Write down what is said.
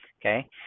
okay